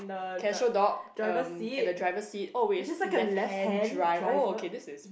casual dog um at the driver seat oh wait is this left hand drive oh okay this is